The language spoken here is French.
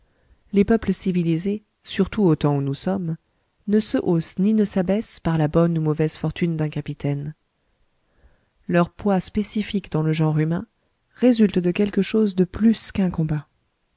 les peuples civilisés surtout au temps où nous sommes ne se haussent ni ne s'abaissent par la bonne ou mauvaise fortune d'un capitaine leur poids spécifique dans le genre humain résulte de quelque chose de plus qu'un combat